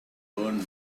burn